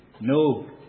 No